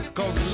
cause